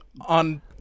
On